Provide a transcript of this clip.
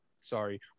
sorry